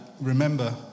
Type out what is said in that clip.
remember